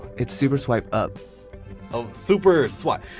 it's super swipe up oh, super swipe,